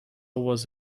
was